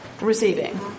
receiving